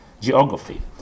geography